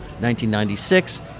1996